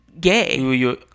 gay